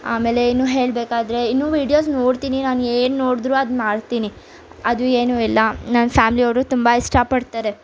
ಆಮೇಲೆ ಇನ್ನೂ ಹೇಳಬೇಕಾದ್ರೆ ಇನ್ನೂ ವೀಡಿಯೋಸ್ ನೋಡ್ತೀನಿ ನಾನು ಏನು ನೋಡಿದರೂ ಅದು ಮಾಡ್ತೀನಿ ಅದು ಏನೂ ಎಲ್ಲ ನನ್ನ ಫ್ಯಾಮಿಲಿಯವರು ತುಂಬ ಇಷ್ಟಪಡ್ತಾರೆ